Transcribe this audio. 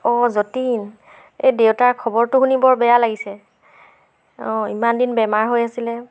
অঁ যতীন এই দেউতাৰ খবৰটো শুনি বৰ বেয়া লাগিছে অঁ ইমান দিন বেমাৰ হৈ আছিলে